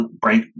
break